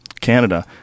Canada